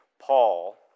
Paul